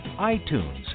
iTunes